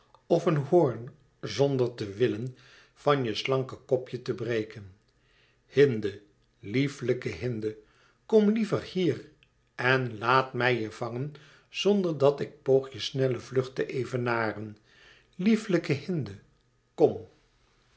of een hoorn zonder te willen van je slanke kopje te breken hinde lieflijke hinde kom liever hier en laat mij je vangen zonder dat ik poog je snelle vlucht te evenaren lieflijke hinde kom